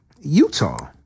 Utah